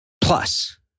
plus